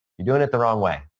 you're doing it the wrong way.